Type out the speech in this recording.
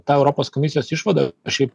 tą europos komisijos išvadą šiaip